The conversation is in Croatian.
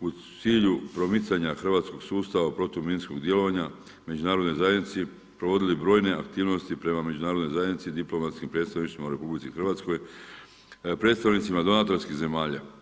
u cilju promicanje hrvatskog sustava, u protuminskog djelovanja, međunarodnoj zajednici, provodili brojne aktivnosti, prema međunarodne zajednici diplomatskih predstavnica RH, predstavnicima donatorskih zemalja.